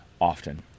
often